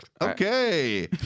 Okay